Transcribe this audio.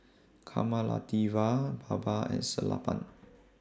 Kamaladevi Baba and Sellapan